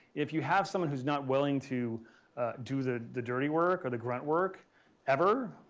if you have someone who's not willing to do the the dirty work or the grunt work ever,